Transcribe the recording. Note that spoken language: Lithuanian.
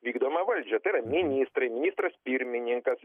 vykdomąją valdžią tai yra ministrai ministras pirmininkas